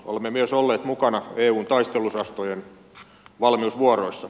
olemme myös olleet mukana eun taisteluosastojen valmiusvuoroissa